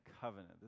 covenant